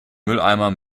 mülleimer